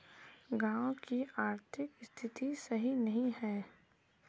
गाँव की आर्थिक स्थिति सही नहीं है?